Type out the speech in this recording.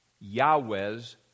Yahweh's